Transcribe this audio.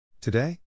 Today